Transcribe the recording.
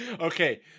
Okay